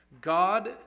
God